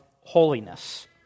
holiness